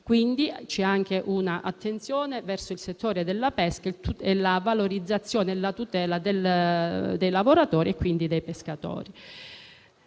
quindi anche un'attenzione verso il settore della pesca e per la valorizzazione e la tutela dei lavoratori ivi impiegati.